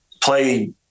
play